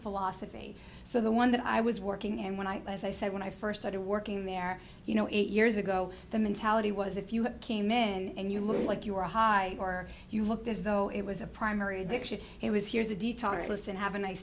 philosophy so the one that i was working in when i as i said when i first started working there you know eight years ago the mentality was if you have came in and you looked like you were high or you looked as though it was a primary direction it was here's a detox list and have a nice